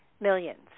Millions